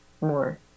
more